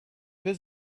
been